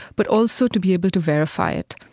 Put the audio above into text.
but also to be able to verify it.